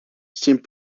send